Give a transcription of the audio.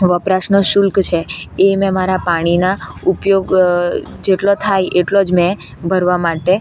વપરાશનો શુલ્ક છે એ મેં મારા પાણીના ઉપયોગ જેટલો થાય એટલો જ મેં ભરવા માટે